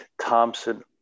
Thompson